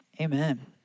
amen